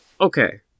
Okay